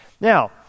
Now